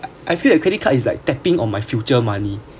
I feel like credit card is like tapping on my future money